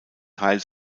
teil